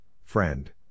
friend